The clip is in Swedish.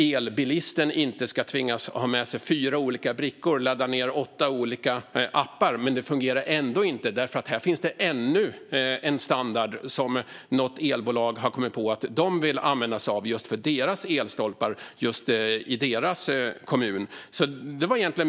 Elbilisten ska inte tvingas ha med sig fyra olika brickor och ladda ned åtta olika appar för att sedan se att det ändå inte fungerar därför att det visar sig finnas ännu en standard som något elbolag har kommit på att de vill använda sig av för just deras elstolpar i just deras kommun.